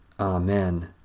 Amen